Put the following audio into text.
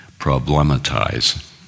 problematize